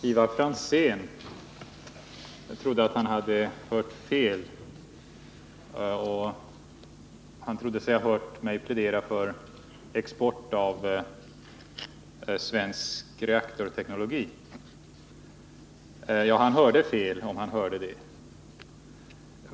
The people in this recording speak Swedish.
Herr talman! Ivar Franzén hoppades att han hade hört fel när han trodde sig ha hört mig plädera för export av svensk reaktorteknologi. Ja, han hörde fel.